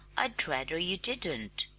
i'd rather you didn't.